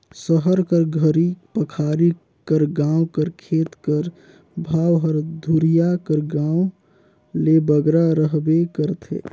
सहर कर घरी पखारी कर गाँव कर खेत कर भाव हर दुरिहां कर गाँव ले बगरा रहबे करथे